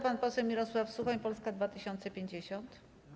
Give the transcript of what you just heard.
Pan poseł Mirosław Suchoń, Polska 2050.